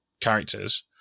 characters